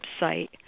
website